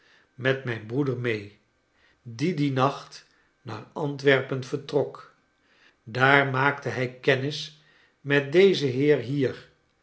met mijn broer mee die dien nacht naar antwerpen vertrok daar maakte hij kennis met dezen heer hier